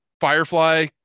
Firefly